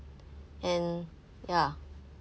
and ya